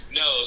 no